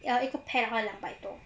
ya 一个 pair 花两百多